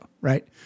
right